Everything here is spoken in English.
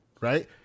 right